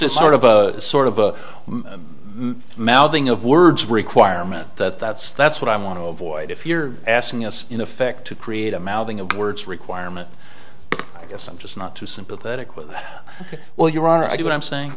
it's sort of a sort of mouthing of words requirement that that's that's what i want to avoid if you're asking us in effect to create a mouthing of words requirement i guess i'm just not too sympathetic with well your honor i do what i'm saying